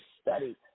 study